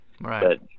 right